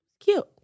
Cute